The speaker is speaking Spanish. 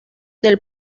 del